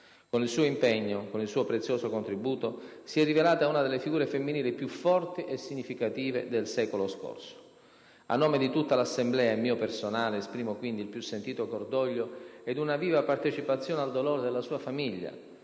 Con il suo impegno e con il suo prezioso contributo si è rivelata una delle figure femminili più forti e significative del secolo scorso. A nome di tutta l'Assemblea e mio personale esprimo quindi il più sentito cordoglio e una viva partecipazione al dolore della sua famiglia